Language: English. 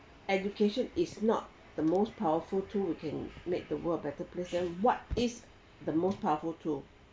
education is not the most powerful tool we can make the world a better place then what is the most powerful tool